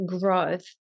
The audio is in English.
growth